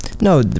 No